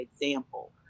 example